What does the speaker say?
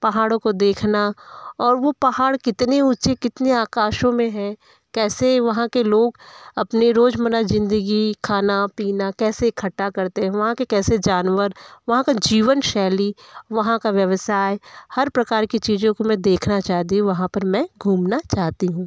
पहाड़ों को देखना और वो पहाड़ कितने ऊँचे कितने आकाशों में है कैसे वहाँ के लोग अपने रोजमर्रा ज़िंदगी खाना पीना कैसे इकट्ठा करते है वहाँ के कैसे जानवर वहाँ का जीवन शैली वहाँ का व्यवसाय हर प्रकार की चीज़ों को मैं देखना चाहती हूँ वहाँ पर मैं घूमना चाहती हूँ